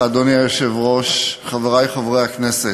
אדוני היושב-ראש, תודה לך, חברי חברי הכנסת,